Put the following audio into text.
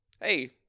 hey